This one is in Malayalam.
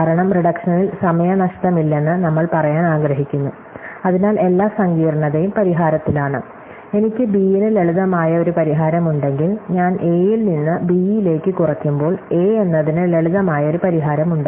കാരണം റിഡക്ഷനിൽ സമയനഷ്ടമില്ലെന്ന് നമ്മൾ പറയാൻ ആഗ്രഹിക്കുന്നു അതിനാൽ എല്ലാ സങ്കീർണ്ണതയും പരിഹാരത്തിലാണ് എനിക്ക് b ന് ലളിതമായ ഒരു പരിഹാരമുണ്ടെങ്കിൽ ഞാൻ a ൽ നിന്ന് b യിലേക്ക് കുറയ്ക്കുമ്പോൾ a എന്നതിന് ലളിതമായ ഒരു പരിഹാരമുണ്ട്